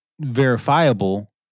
verifiable